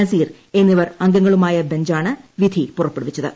നസീർ എന്നിവർ അംഗങ്ങളുമായ ബഞ്ചാണ് വിധി പുറപ്പെടുവിച്ചത്